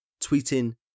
tweeting